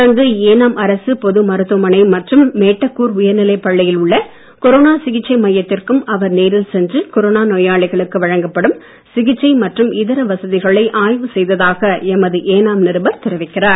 தொடர்ந்து ஏனாம் அரசுப் பொது மருத்துவமனை மற்றும் மேட்டக்கூர் உயர்நிலைப் பள்ளியில் உள்ள கொரோனா சிகிச்சை மையத்திற்கும் அவர் நேரில் சென்று கொரோனா நோயாளிகளுக்கு வழங்கப்படும் சிகிச்சை மற்றும் இதர வசதிகளை ஆய்வு செய்ததாக எமது ஏனாம் நிருபர் தெரிவிக்கிறார்